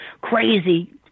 crazy